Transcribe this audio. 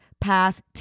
pass